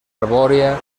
arbòria